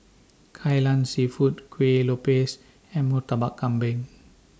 Kai Lan Seafood Kuih Lopes and Murtabak Kambing